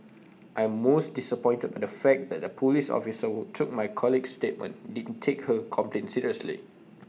I'm most disappointed by the fact that the Police officer who took my colleague's statement didn't take her complaint seriously